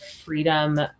freedom